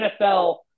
NFL